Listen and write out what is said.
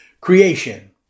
creation